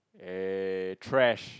eh trash